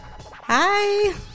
Hi